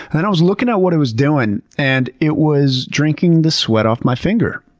then i was looking at what it was doing, and it was drinking the sweat off my finger.